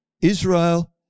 Israel